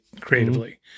creatively